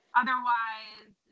otherwise